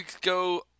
go